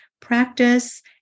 practice